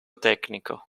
tecnico